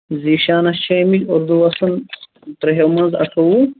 زیٖشانَس چھِ آمِتۍ اُردوَس منٛز ترٛیہو منٛز اَٹھووُہ